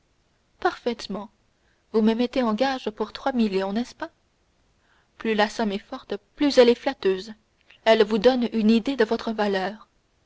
parfaitement vous me mettez en gage pour trois millions n'est-ce pas plus la somme est forte plus elle est flatteuse elle vous donne une idée de votre valeur